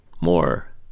more